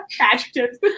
adjectives